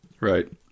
Right